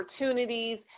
opportunities